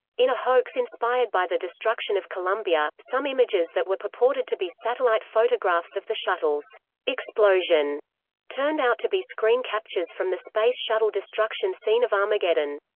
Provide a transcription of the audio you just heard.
in a hoax inspired by the destruction of columbia, some images that were purported to be satellite photographs of the shuttle's explosion turned out to be screen captures from the space shuttle destruction scene of armageddon.